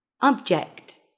Object